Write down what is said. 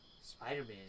Spider-Man